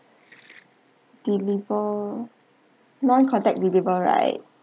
deliver non contact deliver right